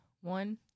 One